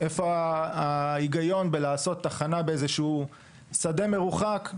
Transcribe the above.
מה ההיגיון בהקמת תחנה באיזשהו שדה מרוחק?